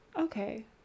okay